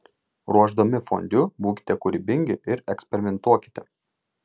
ruošdami fondiu būkite kūrybingi ir eksperimentuokite